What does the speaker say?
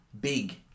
big